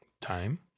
time